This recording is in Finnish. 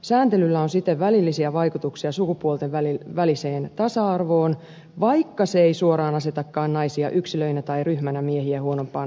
sääntelyllä on siten välillisiä vaikutuksia sukupuolten väliseen tasa arvoon vaikka se ei suoraan asetakaan naisia yksilöinä tai ryhmänä miehiä huonompaan asemaan